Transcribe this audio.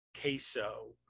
queso